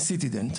פנורמי,